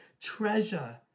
treasure